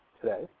today